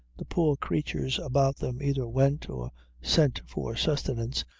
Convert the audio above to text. the poor creatures about them either went or sent for sustenance,